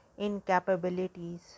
incapabilities